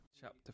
Chapter